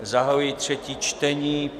Zahajuji třetí čtení.